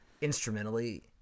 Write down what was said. instrumentally